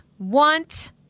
Want